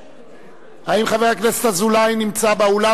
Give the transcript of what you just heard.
האם חבר הכנסת אזולאי נמצא באולם,